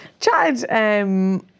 chatted